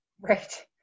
Right